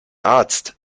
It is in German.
arzt